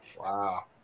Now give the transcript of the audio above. Wow